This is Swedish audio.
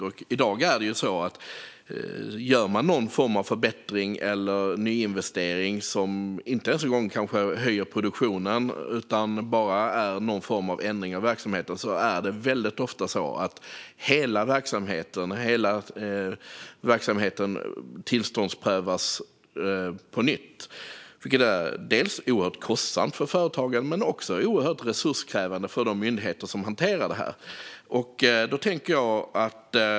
Om man i dag gör någon form av förbättring eller nyinvestering - det kanske inte ens höjer produktionen utan är bara någon form av ändring av verksamheten - är det väldigt ofta så att hela verksamheten tillståndsprövas på nytt. Det är inte bara oerhört kostsamt för företagen utan även oerhört resurskrävande för de myndigheter som hanterar detta.